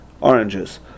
oranges